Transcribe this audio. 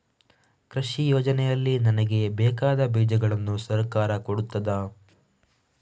ಕೃಷಿ ಯೋಜನೆಯಲ್ಲಿ ನನಗೆ ಬೇಕಾದ ಬೀಜಗಳನ್ನು ಸರಕಾರ ಕೊಡುತ್ತದಾ?